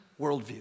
worldview